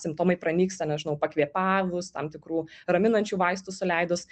simptomai pranyksta nežinau pakvėpavus tam tikrų raminančių vaistų suleidus